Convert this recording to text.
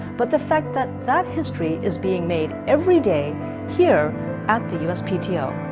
but the fact that that history is being made every day here at the uspto.